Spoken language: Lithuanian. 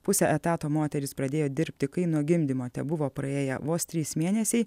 puse etato moteris pradėjo dirbti kai nuo gimdymo tebuvo praėję vos trys mėnesiai